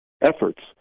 efforts